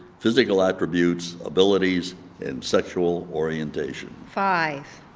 physical attributes, abilities and sexual orientation five